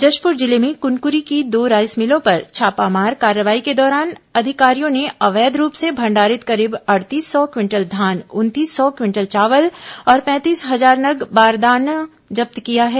जशपुर जिले में कुनकुरी की दो राईस मिलों पर छापा मार कार्रवाई के दौरान अधिकारियों ने अवैध रूप से भंडारित करीब अड़तीस सौ क्विंटल धान उनतीस सौ क्विंटल चावल और पैंतीस हजार नग बारदाना जब्त किया है